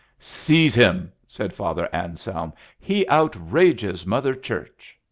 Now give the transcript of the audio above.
seize him! said father anselm. he outrages mother church.